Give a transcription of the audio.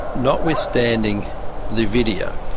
notwithstanding the video,